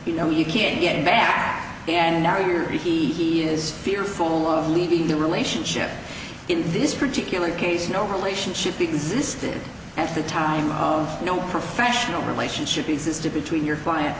you know you can get back and now you're he is fearful of leaving the relationship in this particular case no relationship existed at the time no professional relationship existed between your client